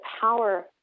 power